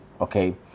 Okay